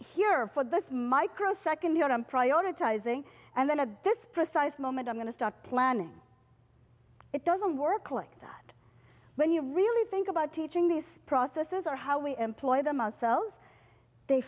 here for this microsecond you're on prioritizing and then at this precise moment i'm going to start planning it doesn't work like that when you really think about teaching these processes or how we employ them ourselves they